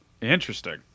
Interesting